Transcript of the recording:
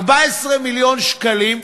14 מיליון שקלים,